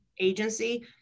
agency